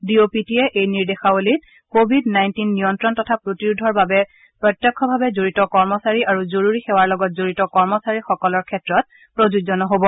D O P টিয়ে এই নিৰ্দেশাৱলীত ক'ৱিড নাইণ্টিন নিয়ন্ত্ৰণ তথা প্ৰতিৰোধৰ বাবে প্ৰত্যক্ষভাৱে জড়িত কৰ্মচাৰী জৰুৰী সেৱাৰ লগত জড়িত কৰ্মচাৰীসকলৰ ক্ষেত্ৰত প্ৰযোজ্য নহব